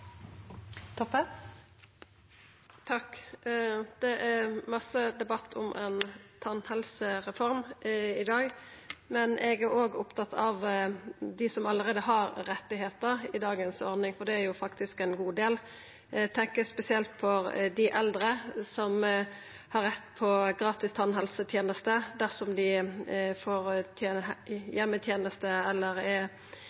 debatt om ein tannhelsereform i dag, men eg er òg opptatt av dei som allereie har rettar i dagens ordning, for det er faktisk ein god del. Eg tenkjer spesielt på dei eldre, som har rett på gratis tannhelsetenester dersom dei får heimeteneste eller er